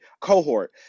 cohort